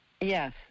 Yes